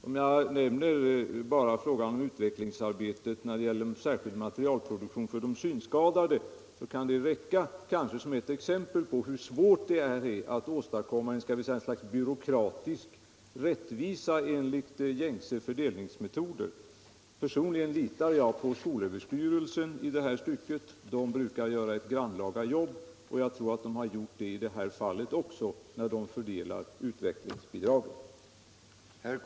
Om jag nämner bara frågan om utvecklingsarbetet när det gäller särskild materialproduktion för de synskadade, så kan det kanske räcka som ett exempel på hur svårt det här är att åstadkomma ett slags byråkratisk rättvisa enligt gängse fördelningsmetoder. Personligen litar jag på skolöverstyrelsen i det här stycket. Där brukar man göra ett grannlaga jobb, och jag tror att skolöverstyrelsen har gjort det i det här fallet också vid fördelningen av utvecklingsbidraget.